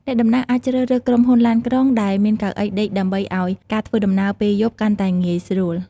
អ្នកដំណើរអាចជ្រើសរើសក្រុមហ៊ុនឡានក្រុងដែលមានកៅអីដេកដើម្បីឱ្យការធ្វើដំណើរពេលយប់កាន់តែងាយស្រួល។